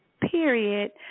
period